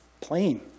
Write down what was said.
plain